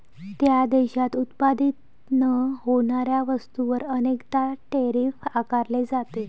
त्या देशात उत्पादित न होणाऱ्या वस्तूंवर अनेकदा टैरिफ आकारले जाते